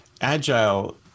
agile